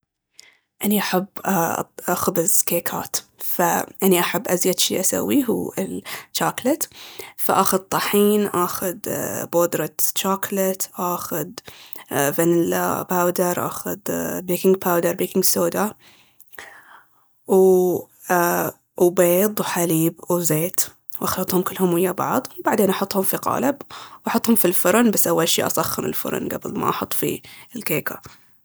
اني احب اخبز كيكات فاني احب ازيد شي اسويه هو الجكلت فآحذ طحين آخذ بودرة جاكلت آخذ فانيلا باودر آخذ بيكنغ باودر، بيكنغ سودا وبيض وحليب وزيت وأخلطهم كلهم ويا بعض وبعدين احطهم في قالب واحطهم في الفرن واسوي اشياء اصخن الفرن واحط فيه الكيكة